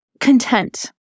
content